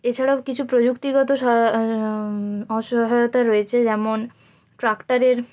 এছাড়াও কিছু প্রযুক্তিগত অসহায়তা রয়েছে যেমন ট্রাক্টরের